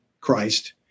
Christ